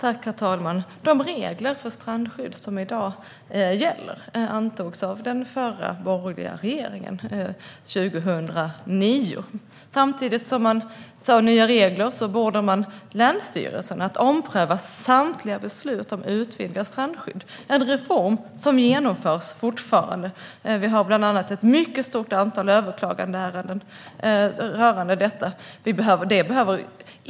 Herr talman! De regler för strandskydd som gäller i dag antogs av den tidigare borgerliga regeringen 2009. Samtidigt som man införde nya regler bad man länsstyrelsen att ompröva samtliga beslut om utvidgat strandskydd. Detta är en reform som fortfarande genomförs. Vi har bland annat ett mycket stort antal överklagandeärenden rörande detta.